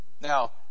Now